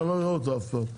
שאני לא אראה אותו אף פעם.